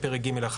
בפרק ג(1),